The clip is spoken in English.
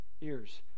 ears